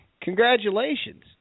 Congratulations